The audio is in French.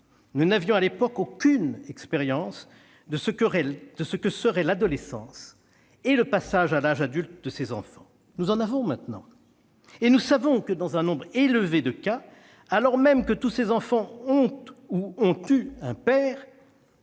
Nous n'avions à l'époque aucune expérience de ce que seraient l'adolescence et le passage à l'âge adulte de ces enfants. Nous en avons maintenant, et nous savons que, dans un nombre élevé de cas, alors même que tous ces enfants ont ou ont eu un père,